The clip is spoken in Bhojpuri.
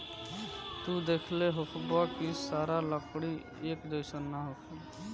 तू देखले होखबऽ की सारा लकड़ी एक जइसन ना होखेला